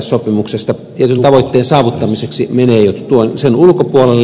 tietyn tavoitteen saavuttamiseksi menee jo sen ulkopuolelle